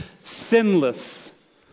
sinless